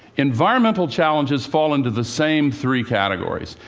environmental challenges fall into the same three categories,